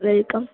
welcome